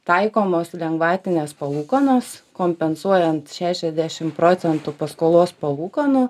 taikomos lengvatinės palūkanos kompensuojant šešiasdešim procentų paskolos palūkanų